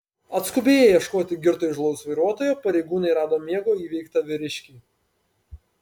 atskubėję ieškoti girto įžūlaus vairuotojo pareigūnai rado miego įveiktą vyriškį